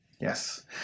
Yes